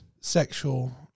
Sexual